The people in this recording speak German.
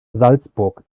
salzburg